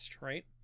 right